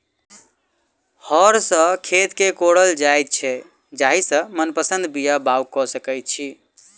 हर सॅ खेत के कोड़ल जाइत छै जाहि सॅ मनपसंद बीया बाउग क सकैत छी